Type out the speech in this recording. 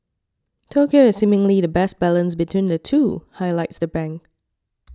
Tokyo is seemingly the best balance between the two highlights the bank